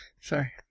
Sorry